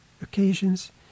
Occasions